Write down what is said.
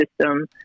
system